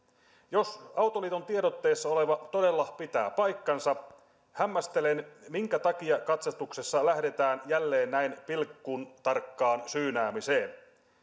jos autoliiton tiedotteessa oleva todella pitää paikkansa hämmästelen minkä takia katsastuksessa lähdetään jälleen näin pilkuntarkkaan syynäämiseen